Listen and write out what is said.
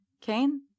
Kane